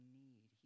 need